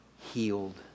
healed